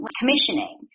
commissioning